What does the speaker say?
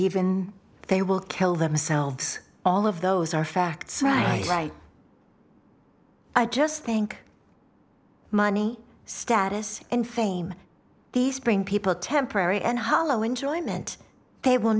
even they will kill themselves all of those are facts right away i just think money status and fame these bring people temporary and hollow enjoyment they will